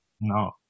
No